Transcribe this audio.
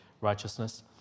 righteousness